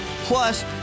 Plus